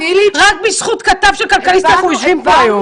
רק בזכות כתב של כלכליסט אנחנו יושבים פה היום.